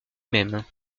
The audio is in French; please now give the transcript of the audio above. même